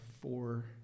four